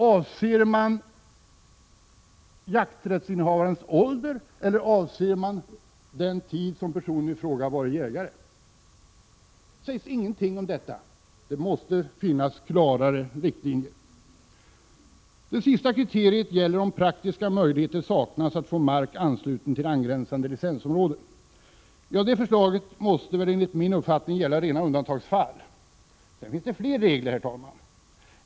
Avser man jakträttsinnehavarens ålder eller avser man den tid som personen i fråga har varit jägare? Det sägs ingenting om detta. Det måste ges klarare riktlinjer. Det sista kriteriet gäller om praktiska möjligheter saknas att få mark ansluten till angränsande licensområde. Det förslaget måste väl enligt min uppfattning gälla rena undantagsfall. Sedan finns det fler regler, herr talman.